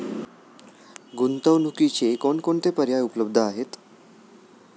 गुंतवणुकीचे कोणकोणते पर्याय उपलब्ध आहेत?